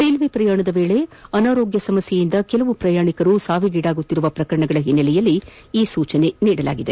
railway ಪ್ರಯಾಣದ ವೇಳೆ ಅನಾರೋಗ್ಯ ಸಮಸ್ಥೆಗಳಿಂದಾಗಿ ಕೆಲವು ಪ್ರಯಾಣಿಕರು ಸಾವಿಗೀಡಾಗುತ್ತಿರುವ ಪ್ರಕರಣಗಳ ಹಿನ್ನೆಲೆಯಲ್ಲಿ ಈ ಸೂಚನೆ ನೀಡಲಾಗಿದೆ